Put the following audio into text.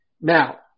Now